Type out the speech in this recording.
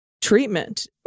treatment